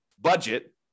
budget